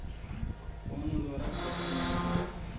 कवन उर्वरक सबसे नीमन होला?